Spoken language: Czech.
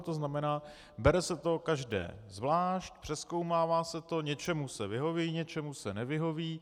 To znamená, bere se to každé zvlášť, přezkoumává se to, něčemu se vyhoví, něčemu se nevyhoví.